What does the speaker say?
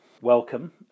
Welcome